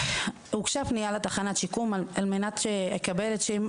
הוגשה פנייה לתחנת שיקום על מנת שתקבל את ש'